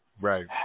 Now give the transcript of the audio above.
Right